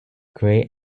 grey